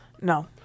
No